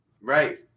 Right